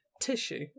tissue